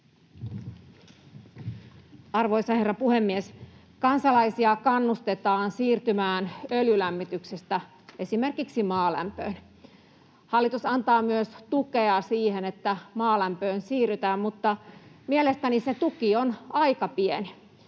Arvoisa herra puhemies! Kansalaisia kannustetaan siirtymään öljylämmityksestä esimerkiksi maalämpöön. Hallitus antaa myös tukea siihen, että maalämpöön siirrytään, mutta mielestäni se tuki on aika pieni.